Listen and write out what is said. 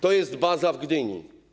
To jest baza w Gdyni.